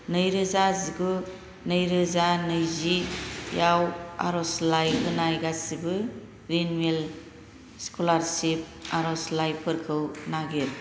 नैरोजा जिगु नैरोजा नैजिआव आर'जलाइ होनाय गासिबो रिनिउयेल स्कलारसिप आर'जलाइफोरखौ नागिर